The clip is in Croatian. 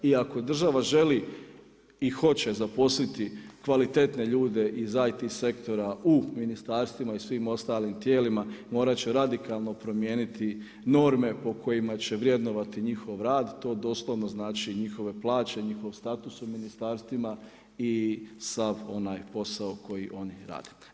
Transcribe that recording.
I ako država želi i hoće zaposliti kvalitetne ljude iz IT sektorima u ministarstvima i svim ostalim tijelima, morati će promijeniti norme po kojima će vrednovati njihov rad, to doslovno znači njihove plaće, njihov status u ministarstvima i sav posao koji oni rade.